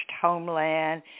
Homeland